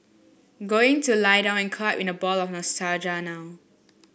going to lie down and curl up in a ball of nostalgia now